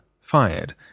fired